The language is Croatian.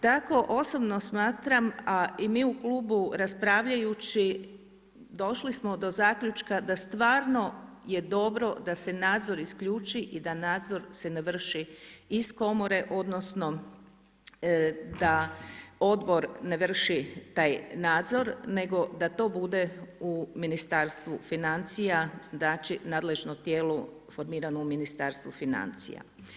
Tako, osobno smatram a i mi u klubu raspravljajući, došli smo do zaključka, da stvarno je dobro da se nadzor isključi i da nadzor se ne vrši iz komore, odnosno, da odbor ne vrši taj nadzor, nego da to bude u Ministarstvu financija, znači nadležnom tijelu formiran u Ministarstvu financija.